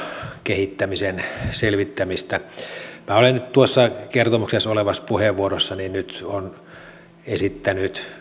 kehittämisen selvittämistä olen nyt tuossa kertomuksessa olevassa puheenvuorossani esittänyt